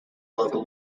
local